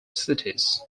cities